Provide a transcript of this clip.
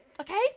Okay